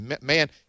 Man